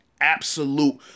absolute